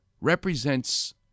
represents